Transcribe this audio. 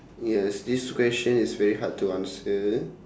yes this question is very hard to answer